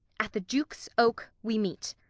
at the duke's oak we meet.